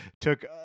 took